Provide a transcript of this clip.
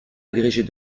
agrégée